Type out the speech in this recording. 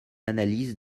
analyse